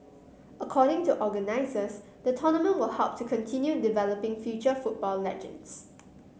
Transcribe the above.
according to organisers the tournament will help to continue developing future football legends